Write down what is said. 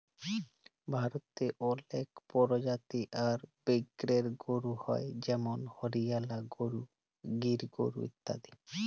ভারতে অলেক পরজাতি আর ব্রিডের গরু হ্য় যেমল হরিয়ালা গরু, গির গরু ইত্যাদি